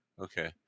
okay